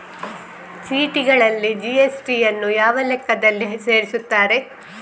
ಚೀಟಿಗಳಲ್ಲಿ ಜಿ.ಎಸ್.ಟಿ ಯನ್ನು ಯಾವ ಲೆಕ್ಕದಲ್ಲಿ ಸೇರಿಸುತ್ತಾರೆ?